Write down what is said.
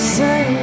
say